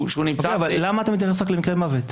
אבל למה אתה מתייחס רק למקרי מוות?